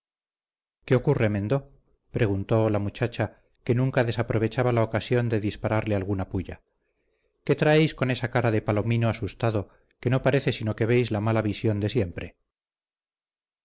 qué ocurre mendo preguntó la muchacha que nunca desaprovechaba la ocasión de dispararle alguna pulla qué traéis con esa cara de palomino asustado que no parece sino que veis la mala visión de siempre